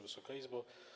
Wysoka Izbo!